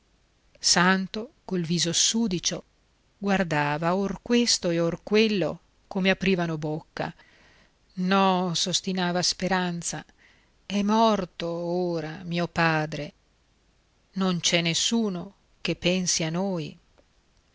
santo col viso sudicio guardava or questo e or quello come aprivano bocca no s'ostinava speranza è morto ora mio padre non c'è nessuno che pensi a noi